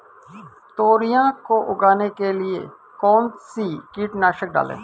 तोरियां को उगाने के लिये कौन सी कीटनाशक डालें?